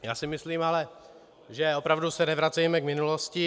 Já si myslím ale, opravdu se nevracejme k minulosti.